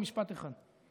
במשפט אחד.